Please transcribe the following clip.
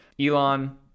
Elon